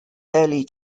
barely